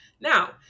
Now